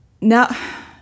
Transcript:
now